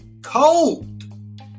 cold